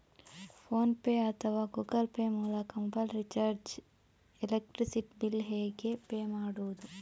Phone pay ಅಥವಾ Google Pay ಮೂಲಕ mobile recharge, electricity bill ಹೇಗೆ ಪೇ ಮಾಡುವುದು?